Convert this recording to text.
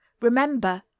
Remember